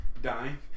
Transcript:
dying